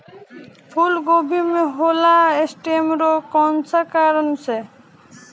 फूलगोभी में होला स्टेम रोग कौना कारण से?